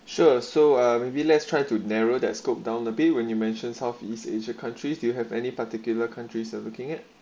sure so uh maybe let's try to narrow that scope down the bay when you mention southeast asia countries you have any particular countries are looking at